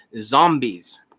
zombies